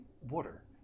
water